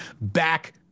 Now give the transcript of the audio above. Back